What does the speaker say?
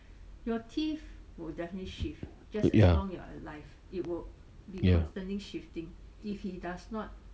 y~ ya ya